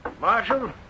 Marshal